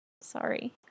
sorry